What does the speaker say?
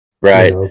right